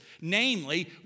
Namely